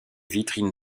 vitrine